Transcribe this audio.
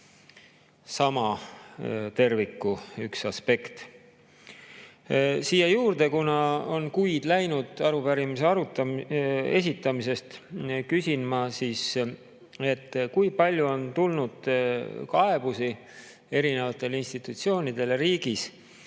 Sama terviku üks aspekt. Siia juurde, kuna on kuid läinud arupärimise esitamisest, küsin ma, kui palju on tulnud kaebusi erinevatele institutsioonidele riigis